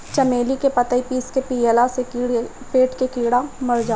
चमेली के पतइ पीस के पियला से पेट के कीड़ा मर जाले